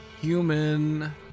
Human